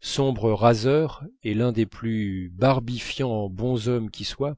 sombre raseur et l'un des plus barbifiants bonshommes qui soient